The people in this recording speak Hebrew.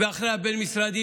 ואחרי הבין-משרדי,